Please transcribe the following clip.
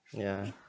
yeah